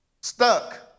Stuck